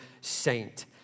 saint